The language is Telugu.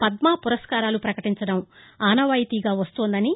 పద్మ ఫురస్కారాలను ప్రకటీంచడం ఆనవాయితీగా వస్తోందని